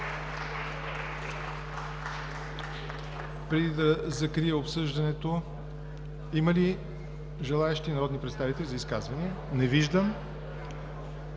Преди да закрия обсъждането, има ли желаещи народни представители за изказвания? Не виждам.